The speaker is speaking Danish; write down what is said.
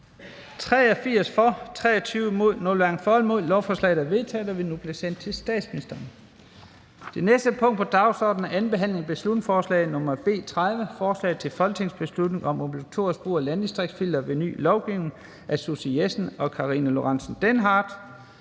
eller imod stemte 0. Lovforslaget er vedtaget og vil nu blive sendt til statsministeren. --- Det næste punkt på dagsordenen er: 15) 2. (sidste) behandling af beslutningsforslag nr. B 30: Forslag til folketingsbeslutning om obligatorisk brug af landdistriktsfilteret ved ny lovgivning. Af Susie Jessen (DD) og Karina Lorentzen Dehnhardt